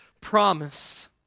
promise